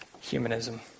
Humanism